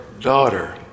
daughter